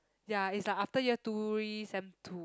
ya it's like after year two y~ sem two